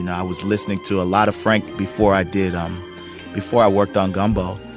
and i was listening to a lot of frank before i did um before i worked on gumbo.